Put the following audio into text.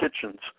kitchens